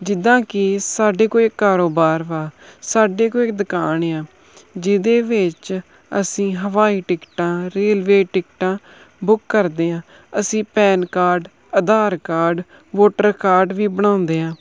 ਜਿੱਦਾਂ ਕਿ ਸਾਡੇ ਕੋਈ ਕਾਰੋਬਾਰ ਵਾ ਸਾਡੇ ਕੋਲ ਇੱਕ ਦੁਕਾਨ ਆ ਜਿਹਦੇ ਵਿੱਚ ਅਸੀਂ ਹਵਾਈ ਟਿਕਟਾਂ ਰੇਲਵੇ ਟਿਕਟਾਂ ਬੁੱਕ ਕਰਦੇ ਹਾਂ ਅਸੀਂ PAN card Aadhaar card voter card ਵੀ ਬਣਾਉਂਦੇ ਹਾਂ